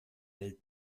del